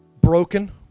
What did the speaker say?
broken